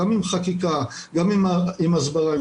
גם עם חקיקה וגם עם הסברה,